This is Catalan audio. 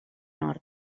nord